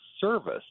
service